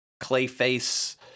clay-face